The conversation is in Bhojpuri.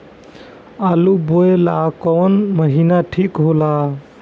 आलू बोए ला कवन महीना ठीक हो ला?